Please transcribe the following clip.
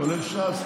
כולל ש"ס,